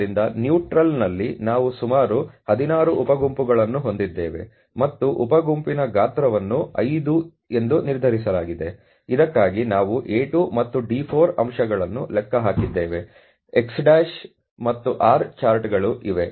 ಆದ್ದರಿಂದ ನ್ಯೂಟ್ರಲ್ ನಲ್ಲಿ ನಾವು ಸುಮಾರು 16 ಉಪ ಗುಂಪುಗಳನ್ನು ಹೊಂದಿದ್ದೇವೆ ಮತ್ತು ಉಪ ಗುಂಪಿನ ಗಾತ್ರವನ್ನು 5 ಎಂದು ನಿರ್ಧರಿಸಲಾಗಿದೆ ಇದಕ್ಕಾಗಿ ನಾವು A2 ಮತ್ತು D4 ಅಂಶಗಳನ್ನು ಲೆಕ್ಕ ಹಾಕಿದ್ದೇವೆ x' ಮತ್ತು R ಚಾರ್ಟ್ಗಳು ಇವೆ